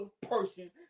person